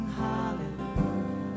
hallelujah